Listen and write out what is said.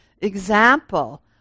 example